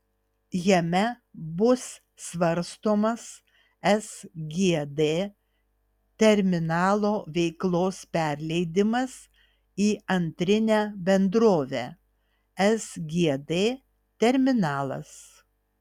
jame bus svarstomas sgd terminalo veiklos perleidimas į antrinę bendrovę sgd terminalas